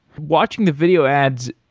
watching the video ads,